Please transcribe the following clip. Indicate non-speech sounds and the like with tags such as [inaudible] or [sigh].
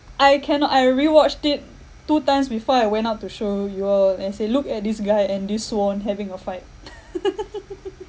I cannot I rewatched it two times before I went out to show you all and say look at this guy and this swan having a fight [laughs]